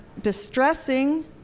distressing